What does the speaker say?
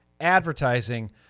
advertising